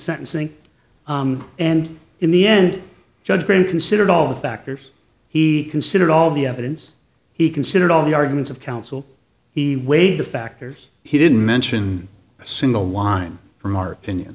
sentencing and in the end judge brinn considered all the factors he considered all the evidence he considered all the arguments of counsel he weighed the factors he didn't mention a single line from our opinion